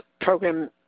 Program